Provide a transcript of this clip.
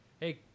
Hey